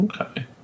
okay